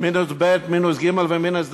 מינוס ב', מינוס ג' ומינוס ד'.